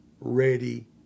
ready